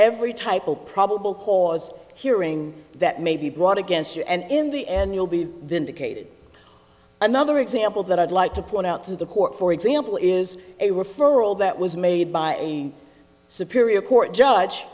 every typo probable cause hearing that may be brought against you and in the end you'll be vindicated another example that i'd like to point out to the court for example is a referral that was made by a superior court judge